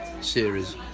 series